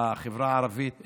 בחברה הערבית.